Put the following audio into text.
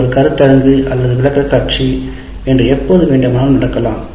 அது ஒரு கருத்தரங்கு அல்லது விளக்கக்காட்சி என்று எப்போது வேண்டுமானாலும் நடக்கலாம்